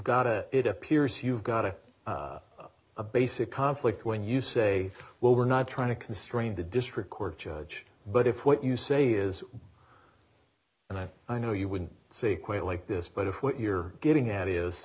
it it appears you've got it a basic conflict when you say well we're not trying to constrain the district court judge but if what you say is and i i know you wouldn't say quite like this but what you're getting at is